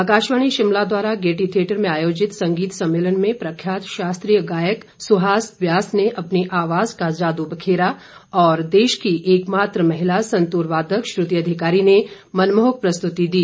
आकाशवाणी शिमला द्वारा Gaiety Theatre में आयोजित संगीत सम्मेलन में प्रख्यात शास्त्रीय गायक सुहास व्यास ने अपनी आवाज का जादू बिखेरा और देश की एकमात्र महिला संतूर वादक श्रृति अधिकारी ने मनमोहक प्रस्तुति दी